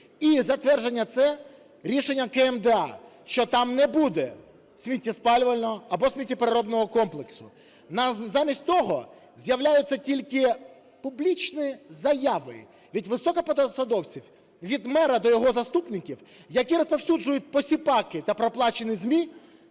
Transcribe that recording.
і затвердження це рішенням КМДА, що там не буде сміттєспалювального або сміттєпереробного комплексу. Замість того з'являються тільки публічні заяви від високопосадовців, від мера до його заступників, які розповсюджують посіпаки та проплачені ЗМІ